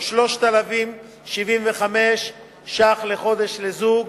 או 3,075 שקל לחודש לזוג,